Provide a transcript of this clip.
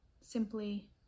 simply